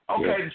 Okay